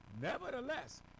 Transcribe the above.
nevertheless